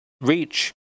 reach